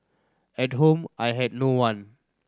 at home I had no one